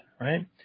Right